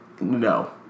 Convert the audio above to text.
No